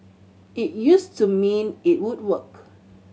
it used to mean it would work